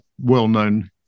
well-known